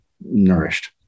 nourished